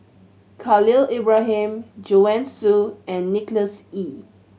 Khalil Ibrahim Joanne Soo and Nicholas Ee